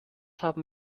haben